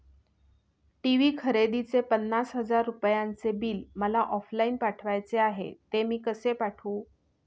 TV खरेदीचे पन्नास हजार रुपयांचे बिल मला ऑफलाईन पाठवायचे आहे, ते मी कसे पाठवू?